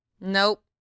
Nope